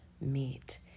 meet